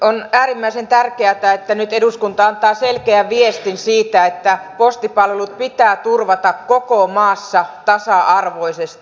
on äärimmäisen tärkeätä että nyt eduskunta antaa selkeän viestin siitä että postipalvelut pitää turvata koko maassa tasa arvoisesti